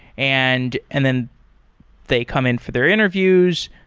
and and then they come in for their interviews.